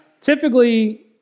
Typically